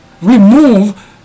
remove